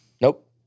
Nope